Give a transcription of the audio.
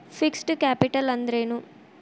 Fixed capital ಅಂದ್ರೇನು?